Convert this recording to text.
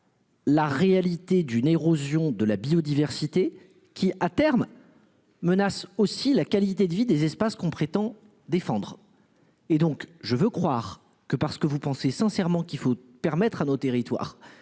La réalité d'une érosion de la biodiversité qui à terme. Menace aussi la qualité de vie, des espaces qu'on prétend défendre. Et donc, je veux croire que parce que vous pensez sincèrement qu'il faut permettre à nos territoires